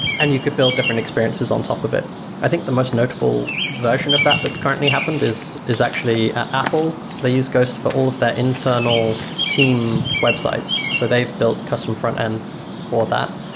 and you could build different experiences on top of it i think the most notable version of that that's currently happened is is actually apple. they use ghost for all of their internal team websites, so they've built custom frontends for that,